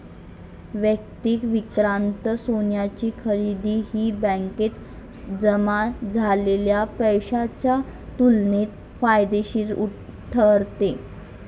वैयक्तिक वित्तांतर्गत सोन्याची खरेदी ही बँकेत जमा झालेल्या पैशाच्या तुलनेत फायदेशीर ठरते